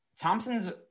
Thompson's